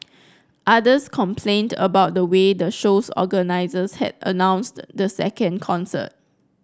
others complained about the way the show's organisers had announced the second concert